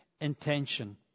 intention